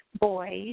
boys